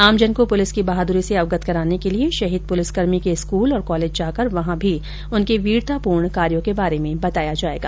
आमजन को पुलिस की बहादुरी से अवगत कराने के लिये शहीद पुलिसकर्मी के स्कूल और कॉलेज जाकर वहॉ भी उनके वीरतापूर्ण कार्यो के बारे में बताया जायेगा